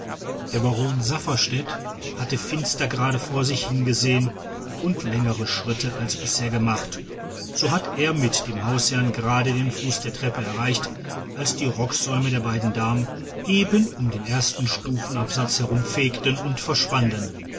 der baron safferstätt hat finster gerade vor sich hingesehen und längere schritte als bisher gemacht so hat er mit dem hausherrn gerade den fuß der treppe erreicht als die rocksäume der beiden damen eben um den ersten stufenabsatz herum fegten und verschwanden